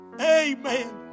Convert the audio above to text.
Amen